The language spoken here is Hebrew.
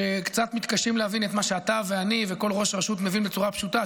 שקצת מתקשים להבין את מה שאתה ואני וכל ראש רשות מבינים בצורה פשוטה.